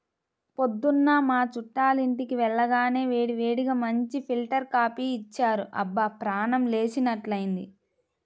పొద్దున్న మా చుట్టాలింటికి వెళ్లగానే వేడివేడిగా మంచి ఫిల్టర్ కాపీ ఇచ్చారు, అబ్బా ప్రాణం లేచినట్లైంది